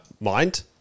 Mind